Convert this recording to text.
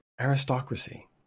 aristocracy